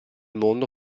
mondo